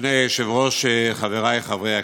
אדוני היושב-ראש, חבריי חברי הכנסת,